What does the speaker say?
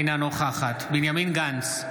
אינה נוכחת בנימין גנץ,